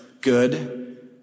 good